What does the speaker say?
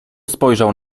spojrzał